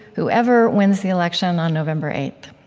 whoever wins the election on november eight